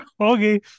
Okay